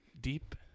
deep